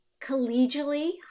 collegially